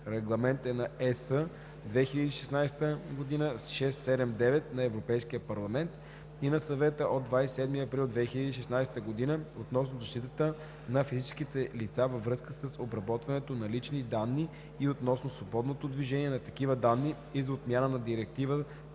(Регламент (ЕС) 2016/679 на Европейския парламент и на Съвета от 27 април 2016 г. относно защитата на физическите лица във връзка с обработването на лични данни и относно свободното движение на такива данни и за отмяна на Директива